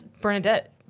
Bernadette